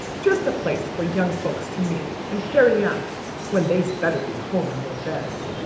just a place for young folks to meet and carry on when they's better be home in their beds.